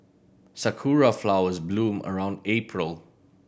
sakura flowers bloom around April